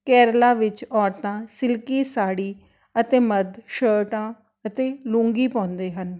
ਕੇਰਲਾ ਵਿੱਚ ਔਰਤਾਂ ਸਿਲਕੀ ਸਾੜੀ ਅਤੇ ਮਰਦ ਸ਼ਰਟਾਂ ਅਤੇ ਲੂੰਗੀ ਪਾਉਂਦੇ ਹਨ